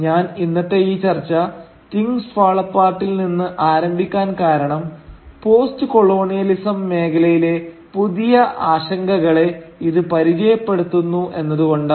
ഞാൻ ഇന്നത്തെ ഈ ചർച്ച 'തിങ്സ് ഫാൾ അപ്പാർട്ടിൽ' നിന്ന് ആരംഭിക്കാൻ കാരണം പോസ്റ്റ് കൊളോണിയലിസം മേഖലയിലെ പുതിയ ആശങ്കകളെ ഇത് പരിചയപ്പെടുത്തുന്നു എന്നതുകൊണ്ടാണ്